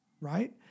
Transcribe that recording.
right